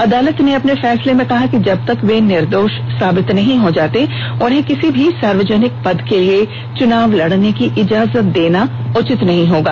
अदालत ने अपने फैसले मे कहा कि जबतक वे निर्दोष साबित नहीं हो जाते उन्हें किसी भी सार्वजनिक पद के लिए चुनाव लड़ने की इजाजत देना उचित नहीं होगा